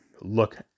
look